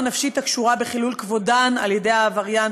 נפשית הקשורה בחילול כבודן על-ידי העבריין.